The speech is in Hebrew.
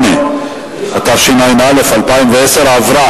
8), התשע"א 2010, עבר.